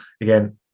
again